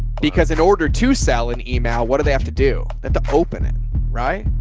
because in order to sell an email, what do they have to do that? the open it, right.